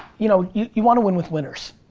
you know, you wanna win with winners.